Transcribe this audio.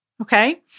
Okay